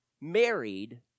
married